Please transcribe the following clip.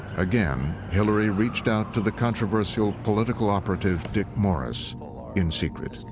again, hillary reached out to the controversial political operative dick morris in secret.